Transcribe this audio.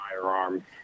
firearm